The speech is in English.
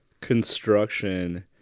construction